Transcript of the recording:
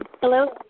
Hello